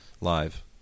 live